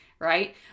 right